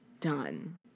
done